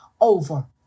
over